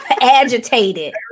Agitated